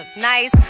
nice